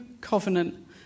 covenant